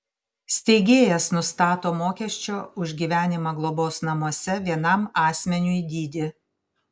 steigėjas nustato mokesčio už gyvenimą globos namuose vienam asmeniui dydį